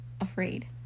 afraid